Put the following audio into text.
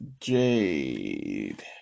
Jade